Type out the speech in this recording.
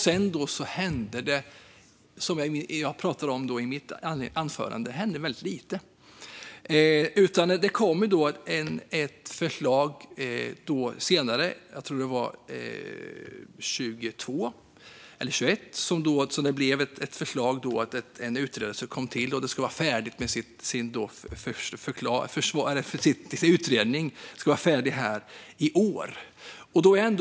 Sedan hände det väldigt lite, vilket jag också pratade om i mitt anförande. Senare kom ett förslag - jag tror att det var 2022 eller 2021 - om att en utredning skulle komma till och att den skulle vara färdig i år.